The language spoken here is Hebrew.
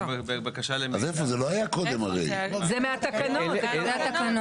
תיקחו לדוגמא בקשות להארכת מועד, שהם דנים בהם.